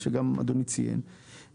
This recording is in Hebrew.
שגם אדוני ציין,